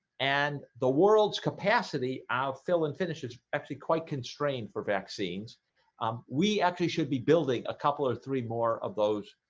and the world's capacity our fill and finishes actually quite constrained for vaccines um we actually should be building a couple or three more of those